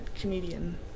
comedian